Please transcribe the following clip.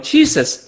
Jesus